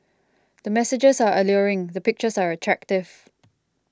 the messages are alluring the pictures are attractive